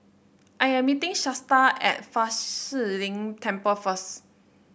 I am meeting Shasta at Fa Shi Lin Temple first